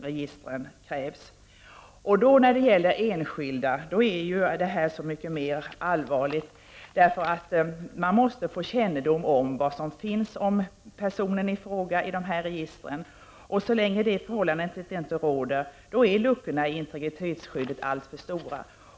Detta är så mycket mer allvarligt för den enskilde individen. Denne måste ha rätt att få kännedom om vilka uppgifter som finns om honom i dessa register. Så länge denna möjlighet inte finns är luckorna i integritetsskyddet alltför stora.